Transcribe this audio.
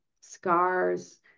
scars